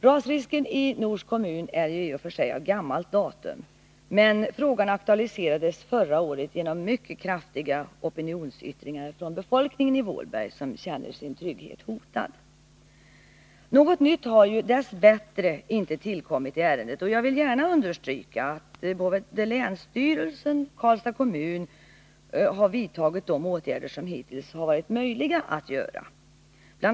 Rasrisken i Nors kommun är av gammalt datum, men frågan aktualiserades förra året genom mycket kraftiga opinionsyttringar från befolkningen i Vålberg, som känner sin trygghet hotad. Något nytt har dess bättre inte tillkommit i ärendet, och jag vill gärna understryka att både länsstyrelsen och Karlstads kommun har vidtagit de åtgärder som hittills har varit möjliga att vidta. Bl.